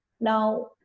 Now